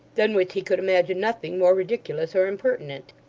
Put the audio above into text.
than which he could imagine nothing more ridiculous or impertinent.